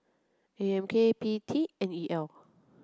A M K P T N E L